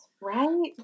Right